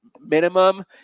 minimum